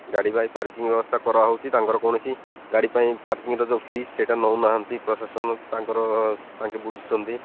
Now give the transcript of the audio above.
ଗାଡ଼ି ପାଇଁ ପାର୍କିଂ ବ୍ୟବସ୍ଥା କରା ହେଉଛି ତାଙ୍କର କୌଣସି ଗାଡ଼ି ପାଇଁ ପାର୍କିଂର ଯେଉଁ ଫିସ୍ ସେଇଟା ନେଉନାହାନ୍ତି ପ୍ରଶାସନ ତାଙ୍କର ତାଙ୍କେ ବୁଲୁଛନ୍ତି